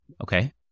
Okay